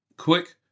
Quick